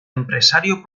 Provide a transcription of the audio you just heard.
empresario